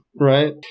right